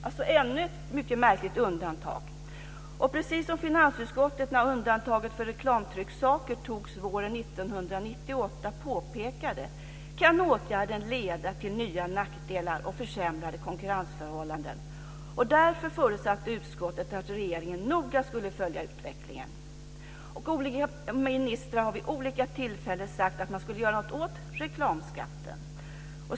Detta är ännu ett mycket märkligt undantag! Precis som finansutskottet påpekade när beslut om undantaget för reklamtrycksaker fattades våren 1998 kan åtgärden leda till nya nackdelar och försämrade konkurrensförhållanden. Därför förutsatte utskottet att regeringen noga skulle följa utvecklingen. Olika ministrar har vid olika tillfällen sagt att man ska göra något åt reklamskatten.